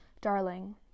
darling